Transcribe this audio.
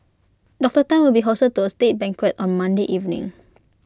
Doctor Tan will be hosted to A state banquet on Monday evening